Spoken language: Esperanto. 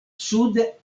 sude